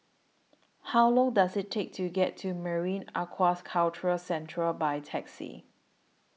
How Long Does IT Take to get to Marine Aquaculture Centre By Taxi